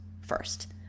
first